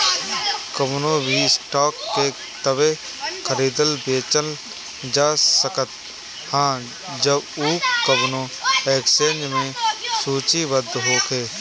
कवनो भी स्टॉक के तबे खरीदल बेचल जा सकत ह जब उ कवनो एक्सचेंज में सूचीबद्ध होखे